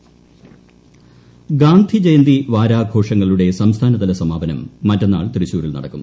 ഗാന്ധിജയന്തി വാരാഘോഷം ഗാന്ധിജയന്തി വാരാഘോഷങ്ങളുടെ സംസ്ഥാനതല സമാപനം മറ്റന്നാൾ തൃശൂരിൽ നടക്കും